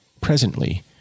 Presently